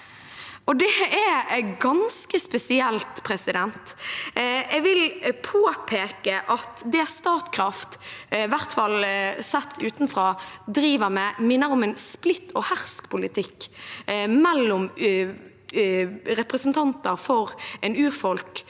det er ganske spesielt. Jeg vil påpeke at det Statkraft – hvert fall sett utenfra – driver med, minner om en splitt og-hersk-politikk mellom representanter for et urfolk